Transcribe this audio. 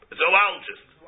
zoologist